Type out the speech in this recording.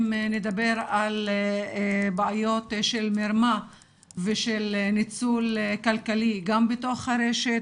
אם נדבר על בעיות של מרמה ושל ניצול כלכלי גם בתוך הרשת